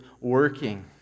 working